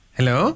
Hello